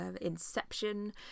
Inception